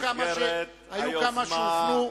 במסגרת היוזמה,